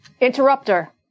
Interrupter